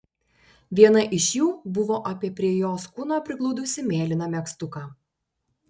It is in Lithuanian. viena iš jų buvo apie prie jos kūno prigludusį mėlyną megztuką